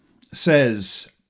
says